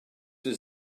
was